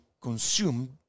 consumed